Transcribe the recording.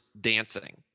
dancing